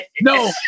No